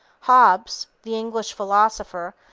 hobbes, the english philosopher,